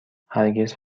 هرگز